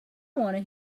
want